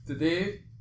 Today